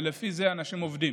ולפי זה אנשים עובדים.